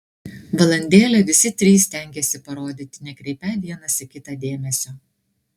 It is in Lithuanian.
valandėlę visi trys stengėsi parodyti nekreipią vienas į kitą dėmesio